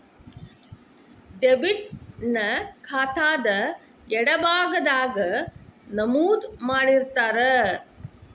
debit ನ ಖಾತಾದ್ ಎಡಭಾಗದಾಗ್ ನಮೂದು ಮಾಡಿರ್ತಾರ